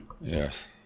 Yes